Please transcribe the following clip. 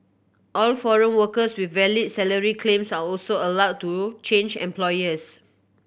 all foreign workers with valid salary claims are also allowed to change employers